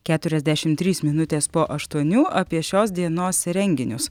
keturiasdešimt trys minutės po aštuonių apie šios dienos renginius